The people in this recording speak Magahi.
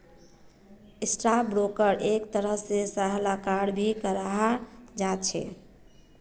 स्टाक ब्रोकरक एक तरह से सलाहकार भी कहाल जा छे